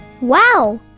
Wow